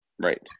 Right